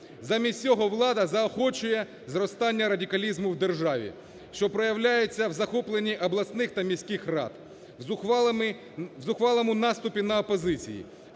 Замість цього влада заохочує зростання радикалізму в державі, що проявляється у захопленні обласних та міських рад, зухвалому наступі на опозицію,